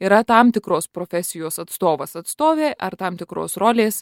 yra tam tikros profesijos atstovas atstovė ar tam tikros rolės